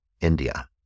India